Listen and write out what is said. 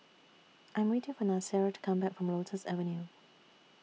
I'm waiting For Nasir to Come Back from Lotus Avenue